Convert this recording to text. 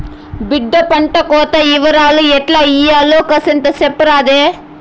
బిడ్డా పంటకోత ఇవరాలు ఎట్టా ఇయ్యాల్నో కూసింత సెప్పరాదే